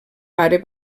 pare